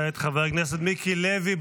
כעת חבר הכנסת מיקי לוי.